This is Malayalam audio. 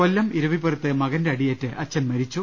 കൊല്ലം ഇരവിപുരത്ത് മകന്റെ അടിയേറ്റ് അച്ഛൻ മരിച്ചു